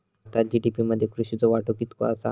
भारतात जी.डी.पी मध्ये कृषीचो वाटो कितको आसा?